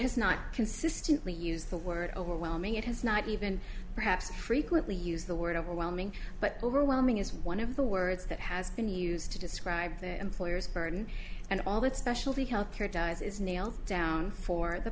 has not consistently used the word overwhelming it has not even perhaps frequently used the word overwhelming but overwhelming is one of the words that has been used to describe the employer's burden and all that specialty healthcare does is nailed down for the